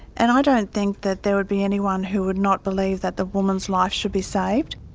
and i don't think that there would be anyone who would not believe that the woman's life should be saved.